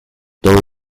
todo